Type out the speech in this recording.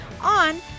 on